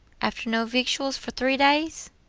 after no victuals for three days!